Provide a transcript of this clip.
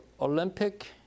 Olympic